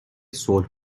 صلح